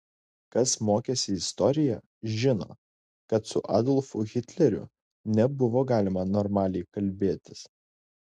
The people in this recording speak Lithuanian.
kas mokėsi istoriją žino kad su adolfu hitleriu nebuvo galima normaliai kalbėtis